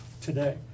today